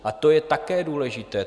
A to je také důležité.